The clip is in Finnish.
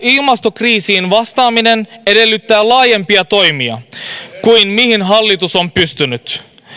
ilmastokriisiin vastaaminen edellyttää laajempia toimia kuin mihin hallitus on pystynyt